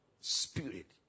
spirit